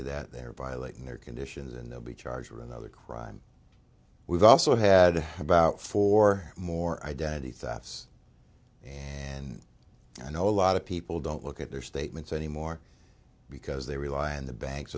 of that they're violating their conditions and they'll be charged with another crime we've also had about four more identity thefts and i know a lot of people don't look at their statements anymore because they rely on the banks